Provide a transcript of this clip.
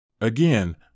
Again